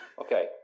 okay